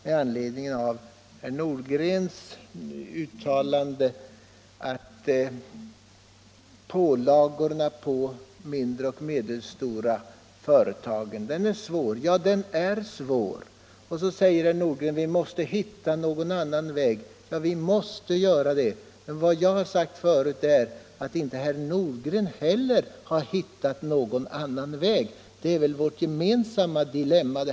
Med anledning av herr Nordgrens uttalande skulle jag vilja säga att pålagorna på mindre och medelstora företag är stora. Herr Nordgren anser att vi måste hitta en annan väg. Ja, men inte heller herr Nordgren har hittat någon annan väg. Detta är vårt gemensamma dilemma.